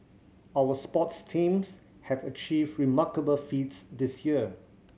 our sports teams have achieved remarkable feats this year